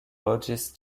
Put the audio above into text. loĝis